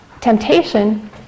temptation